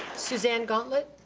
suzanne gauntlett.